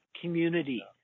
community